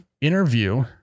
interview